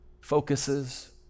focuses